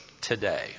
today